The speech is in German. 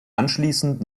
anschließend